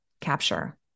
capture